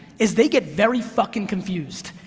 is they get very fucking confused,